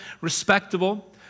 respectable